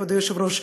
כבוד היושב-ראש,